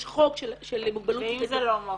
יש חוק של מוגבלות -- ואם זה לא מש"ה?